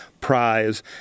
prize